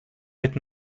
mit